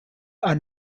are